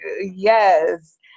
Yes